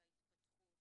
בהתפתחות,